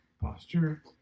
posture